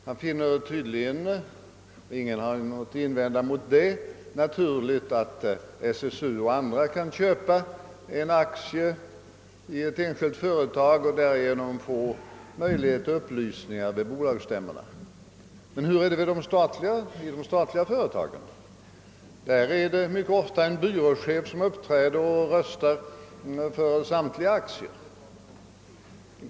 Han finner det tydligen naturligt att SSU och andra — och ingen har väl någonting att invända mot det — kan köpa en aktie i ett enskilt företag och därigenom få möjlighet att erhålla upplysningar vid bolagsstämmorna, men hur är det med de statliga företagen? Där uppträder mycket ofta en byråchef och röstar för samtliga aktier.